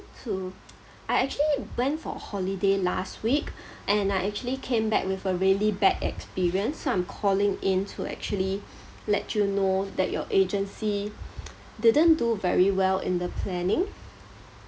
to I actually went for a holiday last week and I actually came back with a really bad experience so I'm calling in to actually let you know that your agency didn't do very well in the planning